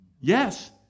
Yes